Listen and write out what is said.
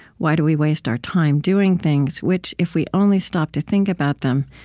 why do we waste our time doing things, which, if we only stopped to think about them,